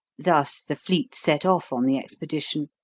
thus the fleet set off on the expedition,